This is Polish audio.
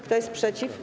Kto jest przeciw?